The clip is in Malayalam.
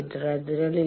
അതിനാൽ ഇത് 2